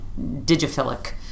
digiphilic